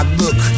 look